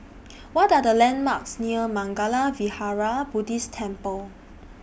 What Are The landmarks near Mangala Vihara Buddhist Temple